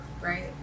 Right